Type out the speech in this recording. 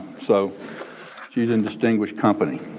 so she's in distinguished company.